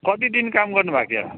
कति दिन काम गर्नु भएको थियो